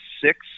six